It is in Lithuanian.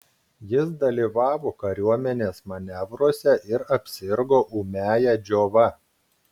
jis dalyvavo kariuomenės manevruose ir apsirgo ūmiąja džiova